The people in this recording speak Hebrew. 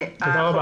תודה רבה.